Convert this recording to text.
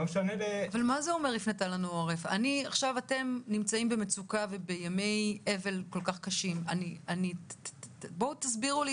מה זה אומר: "הפנתה לנו עורף" תסבירו לי